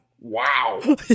Wow